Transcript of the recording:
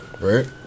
right